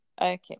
okay